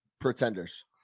pretenders